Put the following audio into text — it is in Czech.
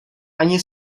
ani